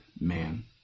man